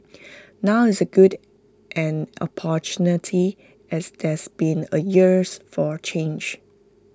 now is A good an opportunity as there's been A years for change